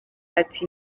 ati